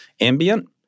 ambient